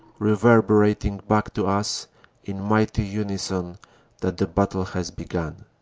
reverberating back to us in mighty unison that the battle has begun.